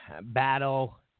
battle